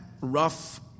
rough